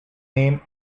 name